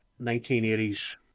1980s